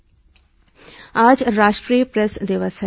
राष्ट्रीय प्रेस दिवस आज राष्ट्रीय प्रेस दिवस है